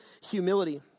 humility